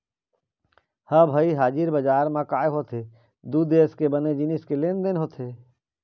ह भई हाजिर बजार म काय होथे दू देश के बने जिनिस के लेन देन होथे